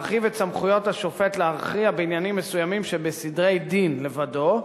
מוצע להרחיב את סמכויות השופט להכריע בעניינים מסוימים שבסדרי דין לבדו,